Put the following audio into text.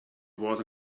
was